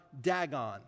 Dagon